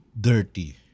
dirty